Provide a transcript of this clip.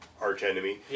archenemy